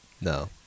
No